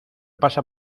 pasa